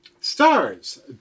Stars